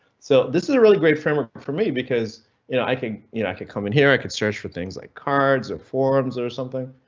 so this is a really great framework for me because and i can. you know i can come in here. i could search for things like cards or. forms or something,